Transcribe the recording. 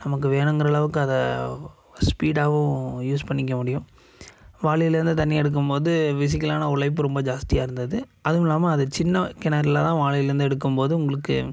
நமக்கு வேணும்ங்கிற அளவுக்கு அதை ஸ்பீடாகவும் யூஸ் பண்ணிக்க முடியும் வாளிலேருந்து தண்ணி எடுக்கும்போது பிஸிக்கலான உழைப்பு ரொம்ப ஜாஸ்தியாக இருந்தது அதுவும் இல்லாமல் அது சின்ன கிணறுல தான் வாளிலேருந்து எடுக்கும் போது உங்களுக்கு